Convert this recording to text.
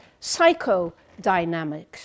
psychodynamics